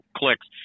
clicks